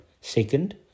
Second